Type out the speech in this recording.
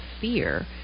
fear